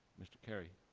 mr. carey.